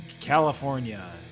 California